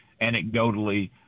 anecdotally